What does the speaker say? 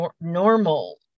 Normal